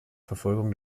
verfolgung